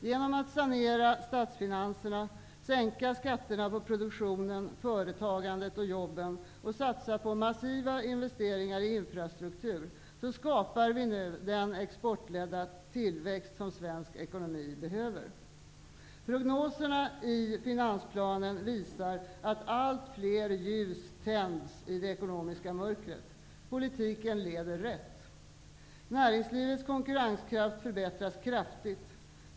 Genom att sanera statsfinanserna, sänka skatterna på produktionen, företagandet och jobben och satsa på massiva investeringar i infrastruktur skapar vi nu den exportledda tillväxt som svensk ekonomi behöver. Prognoserna i finansplanen visar att allt fler ljus tänds i det ekonomiska mörkret. Politiken leder rätt. Näringslivets konkurrenskraft förbättras kraftigt.